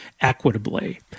equitably